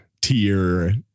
tier